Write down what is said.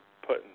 putting